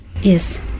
Yes